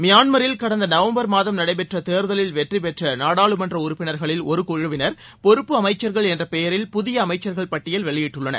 மியான்மரில் கடந்த நவம்பர் மாதம் நடைபெற்ற தேர்தலில் வெற்றிபெற்ற நாடாளுமன்ற உறுப்பினர்களில் ஒரு குழுவினர் பொறுப்பு அமைச்சர்கள் என்ற பெயரில் புதிய அமைச்சர்கள் பட்டியலில் வெளியிட்டுள்ளன்